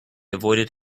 avoided